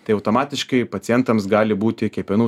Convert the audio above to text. tai automatiškai pacientams gali būti kepenų